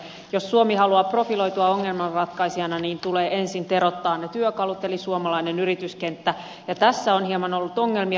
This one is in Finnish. jos suomi haluaa profiloitua ongelmanratkaisijana tulee ensin teroittaa ne työkalut eli suomalainen yrityskenttä ja tässä on hieman ollut ongelmia